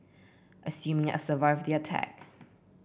assuming I survived the attack